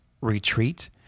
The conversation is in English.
retreat